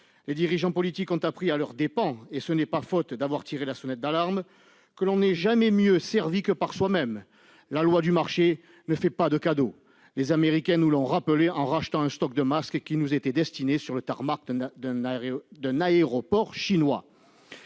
Les dirigeants politiques ont appris à leurs dépens- ce n'est pourtant pas faute d'avoir tiré la sonnette d'alarme ! -que l'on n'est jamais si bien servi que par soi-même. La loi du marché ne fait pas de cadeau : les Américains nous l'ont rappelé en rachetant un stock de masques qui nous était destiné sur le tarmac d'un aéroport chinois.